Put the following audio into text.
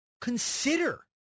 consider